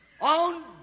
On